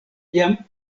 jam